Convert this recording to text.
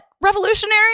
revolutionary